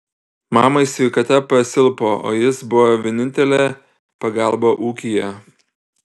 mamai sveikata pasilpo o jis buvo vienintelė pagalba ūkyje